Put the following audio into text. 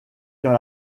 dans